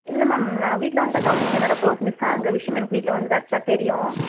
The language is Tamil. இல்லை மேம் நான் வீட்டில் வந்து தான் கவனிச்சேன் என்னோட பேர்ஸ் மிஸ்ஸான அந்த விஷயமே எனக்கு வீட்டில் வந்து தான் ஆக்ஷுவலாக தெரியும்